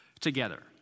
together